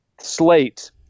slate